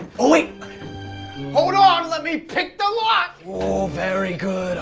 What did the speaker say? oh wait hold on let me pick the lock! oh, very good